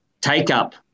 take-up